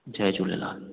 Jay Jhulelal